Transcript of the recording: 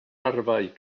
arfau